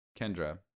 Kendra